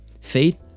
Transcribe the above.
Faith